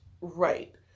Right